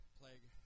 plague